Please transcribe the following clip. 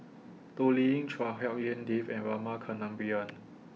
Toh Liying Chua Hak Lien Dave and Rama Kannabiran